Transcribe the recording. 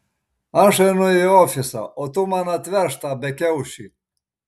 aš einu į ofisą o tu man atvežk tą bekiaušį